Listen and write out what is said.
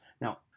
Now